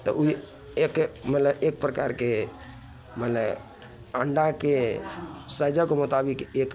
तऽ ओ एक मने एक प्रकारके मने अंडाके साइजक मुताबिक एक